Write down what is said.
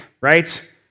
right